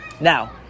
Now